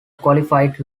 qualified